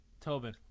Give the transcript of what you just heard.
tobin